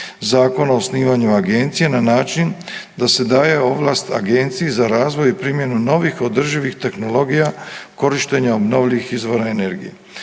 Zakona o osnivanju agencije na način da se daje ovlast Agenciji za razvoj i primjenu novih održivih tehnologija korištenja obnovljivih izvora energije.